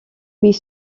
huit